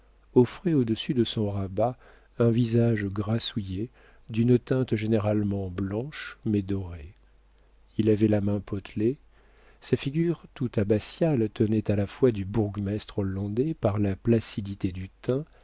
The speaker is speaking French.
offrait au-dessus de son rabat un visage grassouillet d'une teinte généralement blanche mais dorée il avait la main potelée sa figure tout abbatiale tenait à la fois du bourgmestre hollandais par la placidité du teint